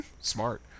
Smart